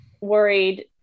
worried